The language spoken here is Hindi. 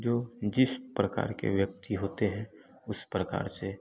जो जिस प्रकार के व्यक्ति होते हैं उस प्रकार से